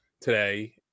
today